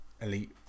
elite